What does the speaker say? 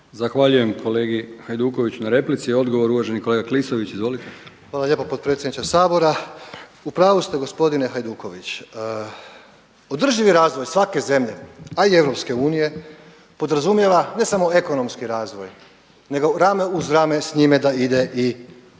uvaženom kolegi Hajdukoviću na replici. Odgovor, uvaženi kolega Klisović. Izvolite. **Klisović, Joško (SDP)** Hvala podpredsjedniče Hrvatskog sabora. U pravu ste gospodine Hajduković. Održivi razvoj svake zemlje, a i EU podrazumijeva ne samo ekonomski razvoj nego rame uz rame s njime da ide i socijalni